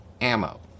ammo